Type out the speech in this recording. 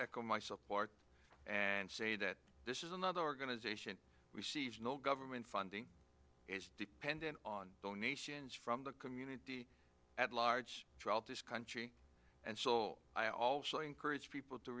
echo my support and say that this is another organization we see government funding is dependent on donations from the community at large this country and i also encourage people to